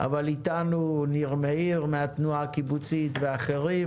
אבל אתנו ניר מאיר מהתנועה הקיבוצית ואחרים.